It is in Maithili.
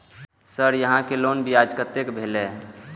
सर यहां के लोन ब्याज कतेक भेलेय?